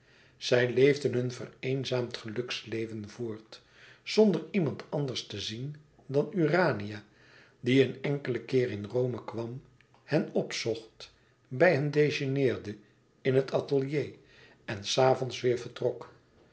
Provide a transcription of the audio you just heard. zij leefden hun vereenzaamd geluksleven voort zonder iemand anders te zien dan urania die een enkelen keer in rome kwam hen opzocht bij hen déjeuneerde in het atelier en s avonds weêr vertrok